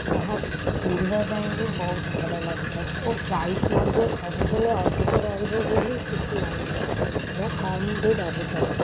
ତାହା ପିନ୍ଧିବା ପାଇଁ ବି ବହୁତ ଭଲ ଲାଗିଥାଏ ଓ ପ୍ରାଇସ୍ ମଧ୍ୟ ସବୁବେଳେ ଅଧିକ ରହିବ ବୋଲି କିଛି ମାନେ ନାହିଁ ସେଇଟା କମ୍ ବି ରହିପାରେ